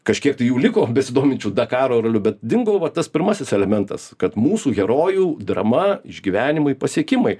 kažkiek tai jų liko besidominčių dakaro raliu bet dingo va tas pirmasis elementas kad mūsų herojų drama išgyvenimai pasiekimai